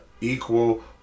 equal